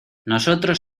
nosotros